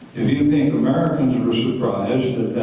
you think americans were surprised at